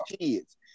kids